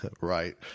Right